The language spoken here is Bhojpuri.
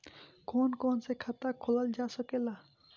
कौन कौन से खाता खोला जा सके ला?